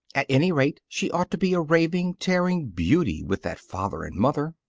at any rate, she ought to be a raving, tearing beauty with that father and mother.